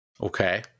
Okay